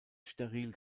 steril